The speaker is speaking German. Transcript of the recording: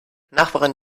nachbarin